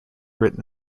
written